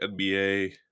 nba